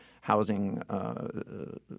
housing